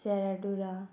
सेरा डुरा